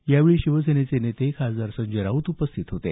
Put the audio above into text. यावेळी शिवसेनेचे नेते खासदार संजय राऊत उपस्थित होते